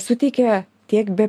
suteikia tiek be